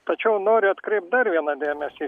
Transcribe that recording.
tačiau noriu atkreipt dar vieną dėmesį